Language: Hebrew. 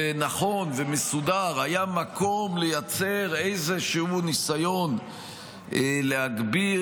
ונכון ומסודר היה מקום לייצר איזשהו ניסיון להגביר,